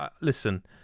Listen